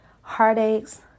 heartaches